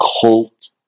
cult